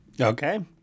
Okay